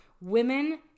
Women